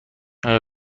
آیا